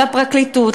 לפרקליטות,